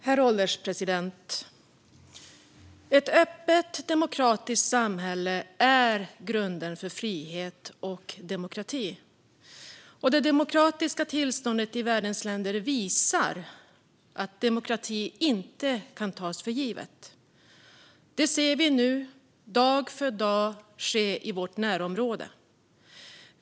Herr ålderspresident! Ett öppet demokratiskt samhälle är grunden för frihet och demokrati. Det demokratiska tillståndet i världens länder visar att demokratin inte kan tas för given. Det ser vi nu dag för dag ske i vårt närområde.